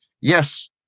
yes